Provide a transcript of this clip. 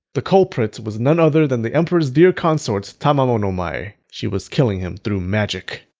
the culprit was none other than the emperor's dear consort, tamamo no mae. she was killing him through magic!